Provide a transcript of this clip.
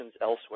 elsewhere